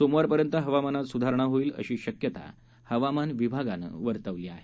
सोमवारपर्यंत हवामानात सुधारणा होईल अशी शक्यता हवामान विभागानं वर्तवली आहे